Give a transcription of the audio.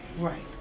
right